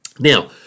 Now